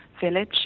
village